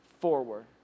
forward